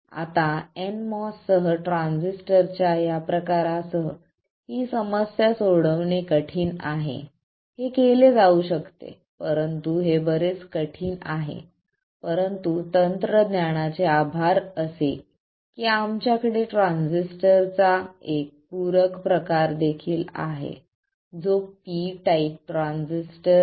आता nMOS सह ट्रांझिस्टरच्या या प्रकारासह ही समस्या सोडवणे कठीण आहे हे केले जाऊ शकते परंतु हे बरेच कठीण आहे परंतु तंत्रज्ञानाचे आभार असे की आमच्याकडे ट्रान्झिस्टरचा पूरक प्रकार देखील आहे जो पी टाइप MOS ट्रान्झिस्टर आहे